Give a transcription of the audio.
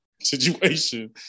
situation